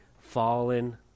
fallen